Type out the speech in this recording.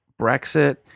Brexit